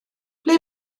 ble